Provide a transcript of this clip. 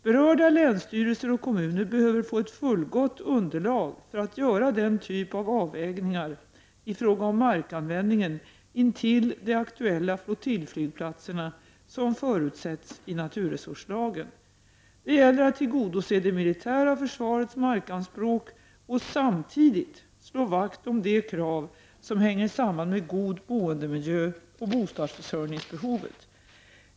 Berörda länsstyrelser och kommuner behöver få ett fullgott underlag för att göra den typ av avvägningar i fråga om markanvändningen intill de aktuella flottiljflygplatserna, som förutsätts i naturresurslagen. Det gäller att tillgodose det militära försvarets markanspråk och samtidigt slå vakt om de krav som hänger samman med god boendemiljö och bostadsförsörjningsbehovet.